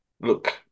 look